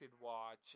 Watch